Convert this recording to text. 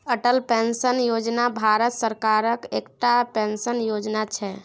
Atal pension योजना भारत सरकारक एकटा पेंशन योजना छै